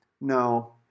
No